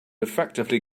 effectively